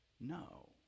no